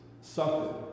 suffered